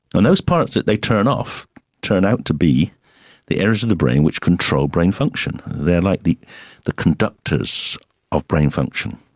and those parts that they turn off turn out to be the areas of the brain which control brain function. they are like the the conductors of brain function.